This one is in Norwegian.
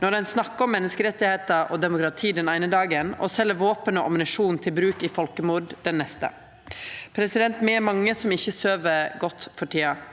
når ein snakkar om menneskerettar og demokrati den eine dagen og sel våpen og ammunisjon til bruk i folkemord den neste? Me er mange som ikkje søv godt for tida,